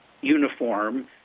uniform